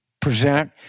present